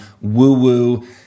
woo-woo